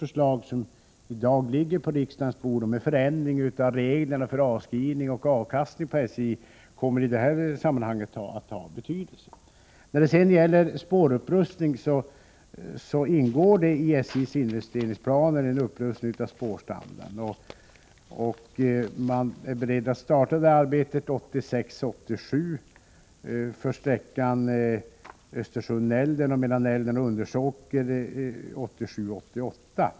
Vårt nu aktuella förslag med förändring av de regler för avskrivning och avkastning som gäller för SJ kommer i det sammanhanget att ha betydelse. Vad beträffar spårupprustning vill jag säga att en upprustning av spårstandarden ingår i SJ:s investeringsplaner. Man är beredd att starta detta arbete 1986 88 för sträckan Nälden Undersåker.